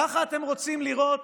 ככה אתם רוצים לראות